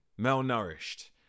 malnourished